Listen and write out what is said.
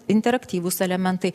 interaktyvūs elementai